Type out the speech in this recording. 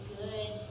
good